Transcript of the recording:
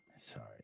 sorry